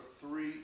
three